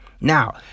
Now